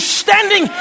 standing